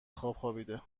خوابیده